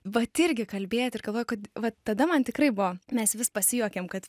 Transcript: vat irgi kalbėt ir galvoju kad va tada man tikrai buvo mes vis pasijuokėm kad